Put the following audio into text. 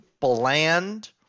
bland